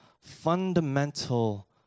fundamental